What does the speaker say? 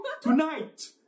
Tonight